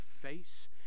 face